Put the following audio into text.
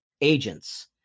agents